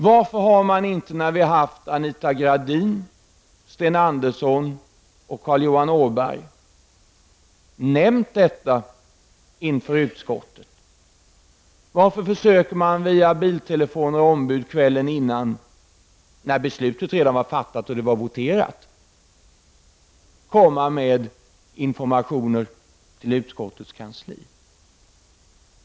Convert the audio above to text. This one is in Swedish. Varför har inte Anita Gradin, Sten Andersson eller Carl Johan Åberg nämnt saken inför utskottet? Varför försökte man via biltelefoner och ombud kvällen före, när beslutet efter votering redan hade fattats, lämna information till utskottets kansli?